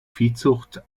viehzucht